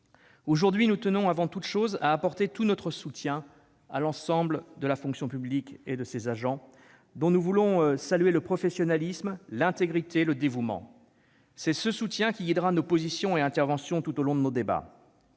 Aujourd'hui, nous tenons, avant toute autre chose, à apporter tout notre soutien à l'ensemble de la fonction publique et de ses agents, dont nous saluons le professionnalisme, l'intégrité et le dévouement. C'est ce soutien qui guidera nos positions et nos interventions tout au long de nos débats.